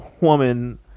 woman